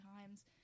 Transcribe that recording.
times